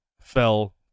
fell